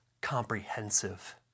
comprehensive